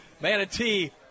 Manatee